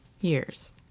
years